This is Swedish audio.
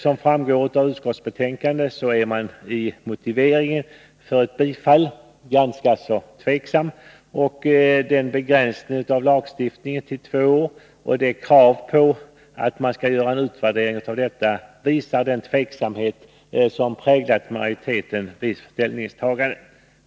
Som framgår av utskottsbetänkandet är utskottsmajoriteten ganska tveksam i sin motivering för ett bifall. Begränsningen av lagstiftningen till två år och kravet på att man skall göra en utvärdering av bestämmelsernas tillämpning visar den tveksamhet som präglat majoriteten vid ställningstagandet.